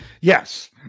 Yes